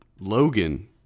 Logan